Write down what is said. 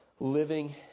Living